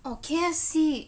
oh K_F_C